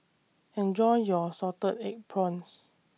Enjoy your Salted Egg Prawns